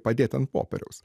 padėta ant popieriaus